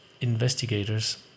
investigators